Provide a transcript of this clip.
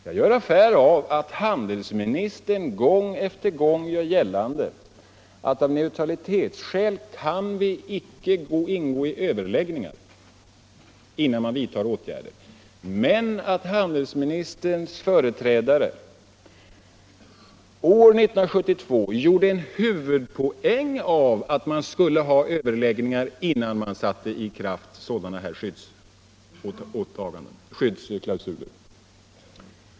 Jag gör affär av att handelsministern gång på gång för 75 klarar att av neutralitetsskäl kan vi icke ingå i överläggningar innan vi vidtar åtgärder men att handelsministerns företrädare år 1972 gjorde en huvudpoäng av att man skulle ha överläggningar innan man satte i kraft sådana skyddsklausuler.